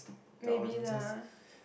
maybe lah